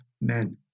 men